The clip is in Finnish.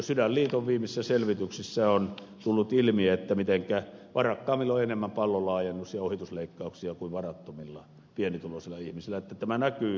jo sydänliiton viimeisissä selvityksissä on tullut ilmi mitenkä varakkaammilla on enemmän pallolaajennus ja ohitusleikkauksia kuin varattomilla pienituloisilla ihmisillä että tämä näkyy jo terveyspalvelupuolella